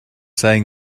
saying